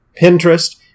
Pinterest